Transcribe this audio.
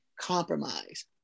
compromise